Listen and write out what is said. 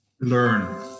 learn